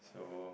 so